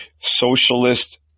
Socialist